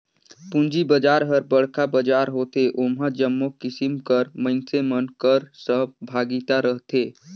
पूंजी बजार हर बड़खा बजार होथे ओम्हां जम्मो किसिम कर मइनसे मन कर सहभागिता रहथे